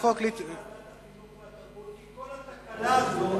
לוועדת החינוך, כי כל התקלה הזאת